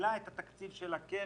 מגדילה את התקציב של הקרן.